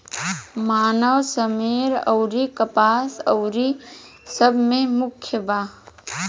मनवा, सेमर अउरी कपास अउरी सब मे मुख्य बा